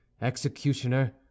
executioner